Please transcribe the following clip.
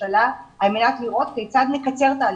הממשלה על מנת לראות כיצד לקצר תהליכים.